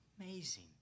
amazing